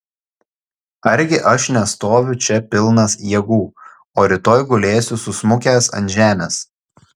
argi aš nestoviu čia pilnas jėgų o rytoj gulėsiu susmukęs ant žemės